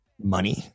money